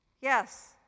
Yes